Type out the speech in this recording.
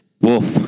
wolf